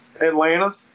Atlanta